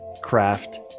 craft